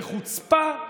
בחוצפה,